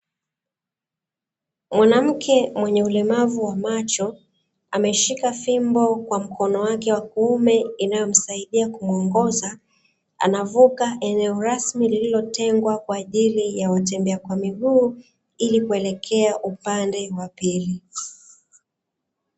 Mwanamke mwenye ulemavu wa macho, ameshika fimbo kwa mkono wake wa kuume inayomsaidia kumwongoza. Anavuka eneo rasmi lililotengwa kwa ajili ya watembea kwa miguu ili kuelekea upande wa pili.